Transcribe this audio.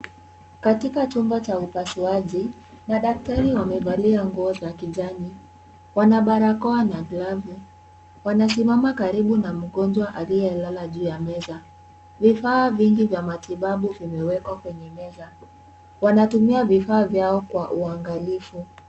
Katika chumba cha upasuaji, madaktari wamevalia nguo za kijani, wana barakoa na glavu. Wanasimama karibu na mgonjwa aliyelala juu ya meza. Vifaa vingi vya matibabu vimewekwa kwenye meza. Wanatumia vifaa vyao kwa uangalifu.